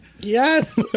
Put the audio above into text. Yes